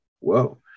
whoa